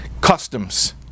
customs